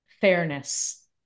fairness